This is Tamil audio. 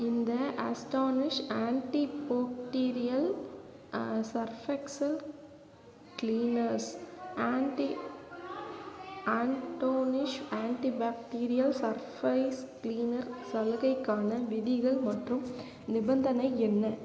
இந்த Astonish antibacterial Surf Excel cleaners anti Astonish antibacterial surface cleaner சலுகைக்கான விதிகள் மற்றும் நிபந்தனை என்ன